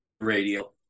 radio